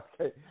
Okay